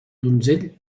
donzell